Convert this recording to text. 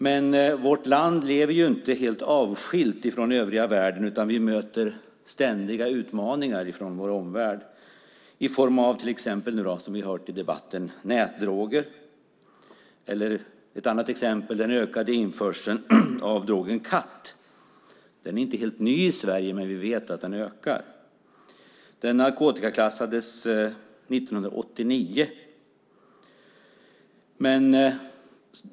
Vi i vårt land lever dock inte helt avskilda från övriga världen, utan vi möter ständigt utmaningar från vår omvärld, till exempel - som vi hört här i debatten - i form av nätdroger. Ett annat exempel är den ökande införseln av drogen kat. Den drogen är inte helt ny i Sverige, och vi vet att det sker en ökning. Kat narkotikaklassade vi 1989.